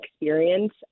experience